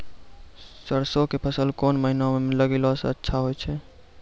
सरसों के फसल कोन महिना म लगैला सऽ अच्छा होय छै?